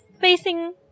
facing